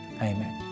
Amen